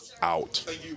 out